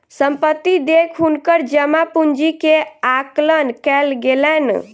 संपत्ति देख हुनकर जमा पूंजी के आकलन कयल गेलैन